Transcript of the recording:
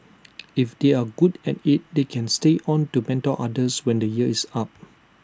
if they are good at IT they can stay on to mentor others when the year is up